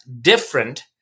different